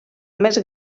més